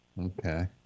Okay